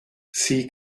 sie